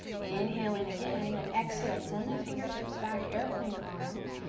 inhaling again, then exhale. send the fingertips back, airplane arms,